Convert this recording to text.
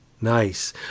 Nice